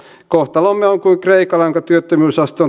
kohtalomme on kuin kreikalla jonka työttömyysaste